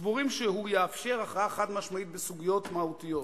סבורים שהוא יאפשר הכרעה חד-משמעית בסוגיות מהותיות,